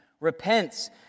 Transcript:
repents